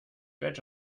batch